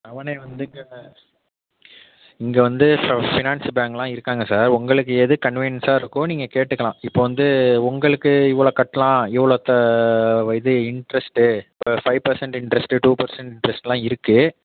உடனே வந்து இங்கே இங்கே வந்து ஸோ ஃபினான்ஸு பேங்க்லாம் இருக்காங்க சார் உங்களுக்கு எது கன்வினியன்ஸ்ஸாக இருக்கோ நீங்கள் கேட்டுக்கலாம் இப்போ வந்து உங்களுக்கு இவ்வளோ கட்டலாம் இவ்வளோ இது interest five percent interest two percent இன்ட்ரெஸ்ட்லாம் இருக்கு